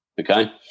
Okay